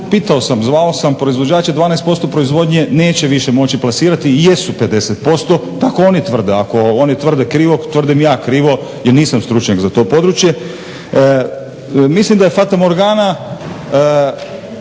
pitao sam, zvao sam proizvođače 12% proizvodnje neće više moći plasirati jesu 50% tako oni tvrde. Ako oni tvrde krivo, tvrdim i ja krivo jer nisam stručnjak za to područje. Mislim da je fatamorgana